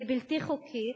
היא בלתי חוקית,